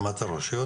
ברמת הרשויות,